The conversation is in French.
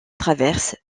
traverse